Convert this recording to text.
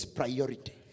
priority